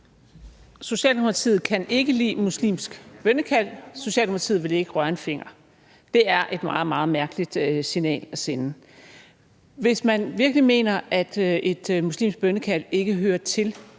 Socialdemokratiet kan ikke lide muslimsk bønnekald – Socialdemokratiet vil ikke røre en finger. Det er et meget, meget mærkeligt signal at sende. Hvis man virkelig mener, at muslimsk bønnekald ikke hører til